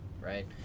right